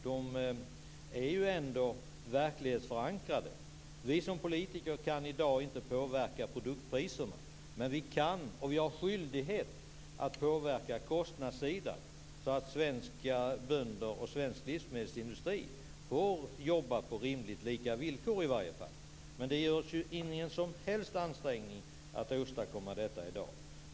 De är ändå verklighetsförankrade. Vi som politiker kan i dag inte påverka produktpriserna, men vi kan och har skyldighet att påverka kostnadssidan så att svenska bönder och svensk livsmedelsindustri kan verka på i varje fall rimligt lika villkor. Men det görs ju ingen som helst ansträngning att åstadkomma detta i dag.